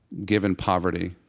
given poverty,